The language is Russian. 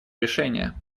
решения